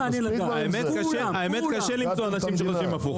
האמת, חושבים למצוא אנשים שחושבים הפוך.